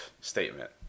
statement